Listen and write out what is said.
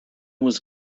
was